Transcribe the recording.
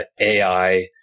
AI